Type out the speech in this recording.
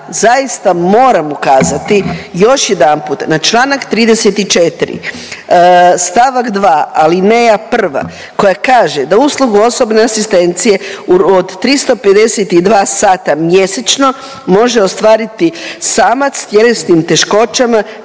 zaista moram ukazati još jedanput na članak 34. stavak 2. alineja prva koja kaže da uslugu osobne asistencije od 352 sata mjesečno može ostvariti samac sa tjelesnim teškoćama